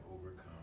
overcome